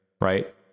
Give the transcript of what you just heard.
Right